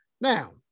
Now